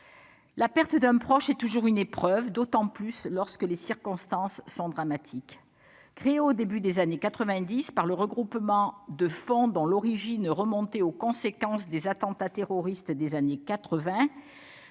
La perte d'un proche est toujours une épreuve, d'autant plus lorsque les circonstances sont dramatiques. Créé au début des années 1990 par le regroupement de fonds dont l'origine remontait aux conséquences des attentats terroristes des années 1980,